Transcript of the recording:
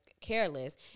careless